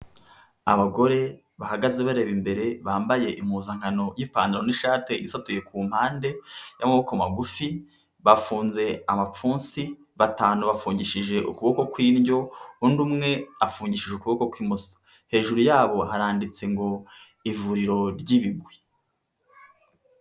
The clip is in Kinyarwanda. Abagore bahagaze bareba imbere, bambaye impuzankano y'ipantaro n'ishati isatuye ku mpande y'amaboko magufi, bafunze amapfunsi, batanu bafungishije ukuboko kw'indyo undi umwe afungishije ukuboko kw'imoso, hejuru yabo haranditse ngo ivuriro ry'ibigwi.